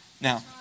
Now